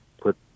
put